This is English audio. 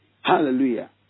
Hallelujah